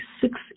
six